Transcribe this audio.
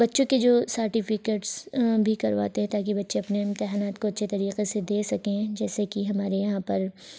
بچوں کے جو سارٹیفکیٹس بھی کرواتے ہیں تاکہ بچے اپنے امتحانات کو اچھے طریقے سے دے سکیں جیسے کہ ہمارے یہاں پر